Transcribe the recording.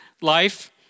life